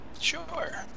Sure